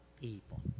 people